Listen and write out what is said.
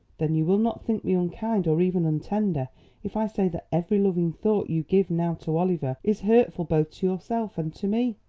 then you will not think me unkind or even untender if i say that every loving thought you give now to oliver is hurtful both to yourself and to me.